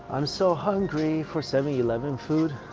i'm so hungry for seven eleven food.